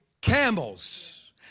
camels